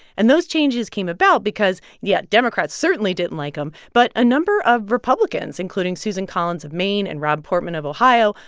and those changes came about because, yeah, democrats certainly didn't like them, but a number of republicans, including susan collins of maine and rob portman of ohio,